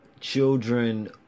children